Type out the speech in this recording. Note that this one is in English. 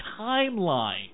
timeline